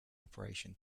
operation